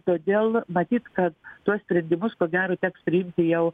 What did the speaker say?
todėl matyt kad tuos sprendimus ko gero teks priimti jau